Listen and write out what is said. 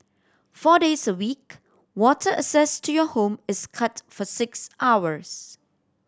four days a week water access to your home is cut for six hours